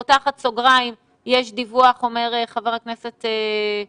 אני פותחת סוגריים: יש דיווח אומר ח"כ קוז'ינוב